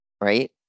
right